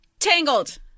tangled